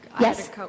Yes